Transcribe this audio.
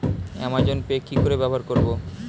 Amazon Pay কি করে ব্যবহার করব?